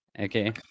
okay